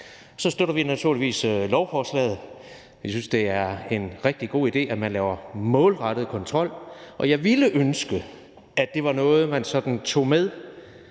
støtter vi naturligvis lovforslaget. Vi synes, det er en rigtig god idé, at man laver målrettet kontrol, og jeg ville ønske, at det var noget, man sådan tog med